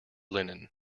linen